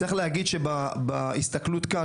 צריך להגיד שבהסתכלות כאן,